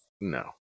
no